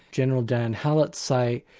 general dan halutz say,